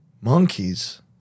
monkeys